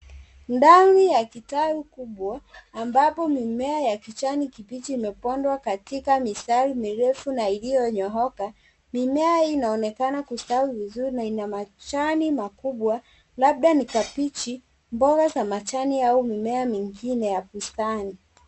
Ndani ya kitaru kubwa, ambapo mimea ya kijani kibichi imepandwa katika mistari mirefu na iliyonyooka, mimea inaonekana kustawi vizuri na ina majani makubwa labda ni kabeji, mboga za majani au mimea mengine ya bustani .